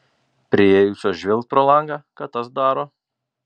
priėjusios žvilgt pro langą ką tas daro